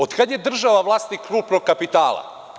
Od kada je država vlasnik krupnog kapitala?